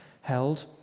held